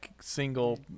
single